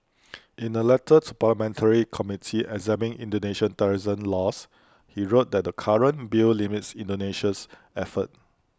in A letter to parliamentary committee examining Indonesia's terrorism laws he wrote that the current bill limits Indonesia's efforts